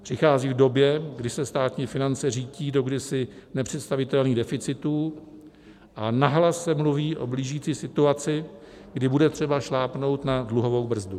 Přichází v době, kdy se státní finance řítí do kdysi nepředstavitelných deficitů, a nahlas se mluví o blížící se situaci, kdy bude třeba šlápnout na dluhovou brzdu.